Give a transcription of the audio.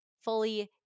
fully